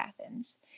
Athens